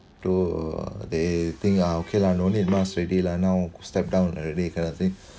to uh they think uh okay lah no need mask already lah now step down already kind of thing